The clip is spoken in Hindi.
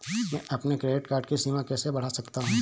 मैं अपने क्रेडिट कार्ड की सीमा कैसे बढ़ा सकता हूँ?